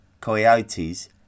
coyotes